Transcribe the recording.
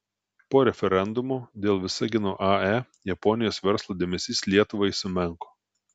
po referendumo dėl visagino ae japonijos verslo dėmesys lietuvai sumenko